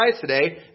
today